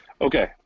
Okay